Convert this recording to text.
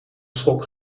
schok